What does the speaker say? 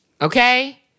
Okay